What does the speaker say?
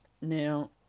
Now